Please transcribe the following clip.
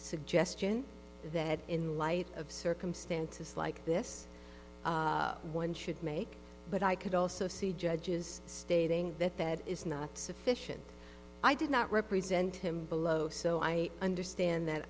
suggestion that in light of circumstances like this one should make but i could also see judges stating that that is not sufficient i did not represent him below so i understand that